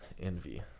Envy